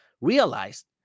realized